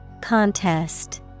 Contest